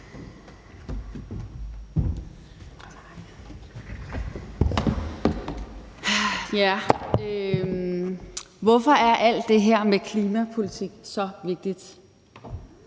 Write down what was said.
Hvorfor er alt det her med klimapolitik så vigtigt?